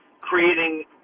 creating